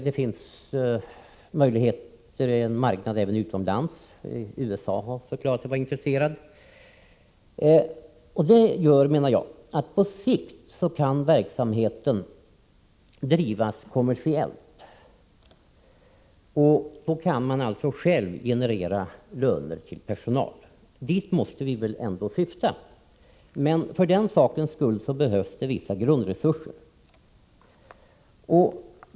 Det finns möjligheter till en marknad även utomlands USA har förklarat sig vara intresserat. Det gör, menar jag, att på sikt kan verksamheten drivas kommersiellt, och då kan institutionen själv generera löner till personal. Dithän måste vi väl ändå syfta. För att det skall kunna bli på detta sätt behövs emellertid vissa grundresurser.